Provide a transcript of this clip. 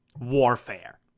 warfare